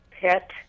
pet